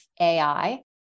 AI